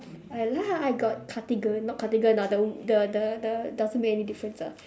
ya lah I got cardigan not cardigan ah the the the the doesn't make any difference ah